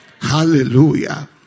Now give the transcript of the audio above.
Hallelujah